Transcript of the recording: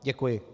Děkuji.